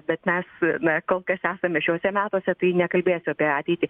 bet mes na kol kas esame šiuose metuose tai nekalbėsiu apie ateitį